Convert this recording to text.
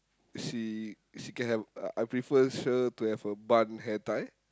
she she can have uh I prefer her to have a bun hair tie